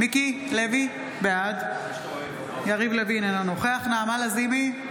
לוי, בעד יריב לוין, אינו נוכח נעמה לזימי,